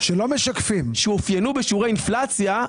שאופיינו בשיעורי אינפלציה,